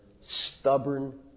stubborn